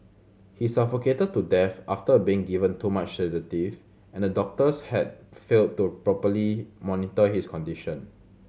he suffocated to death after being given too much sedative and the doctors had failed to properly monitor his condition